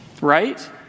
right